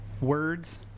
Words